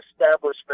establishment